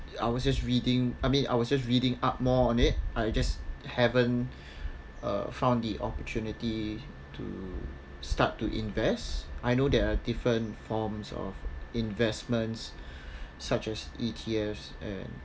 I was just reading I mean I was just reading up more on it I just haven't uh found the opportunity to start to invest I know there are different forms of investments such as E_T_Fs and